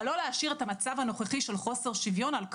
אבל לא להשאיר את המצב הנוכחי של חוסר שוויון על כנו.